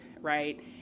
Right